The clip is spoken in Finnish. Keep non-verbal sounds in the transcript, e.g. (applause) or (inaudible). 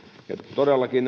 todellakin (unintelligible)